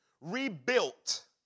Rebuilt